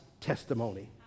testimony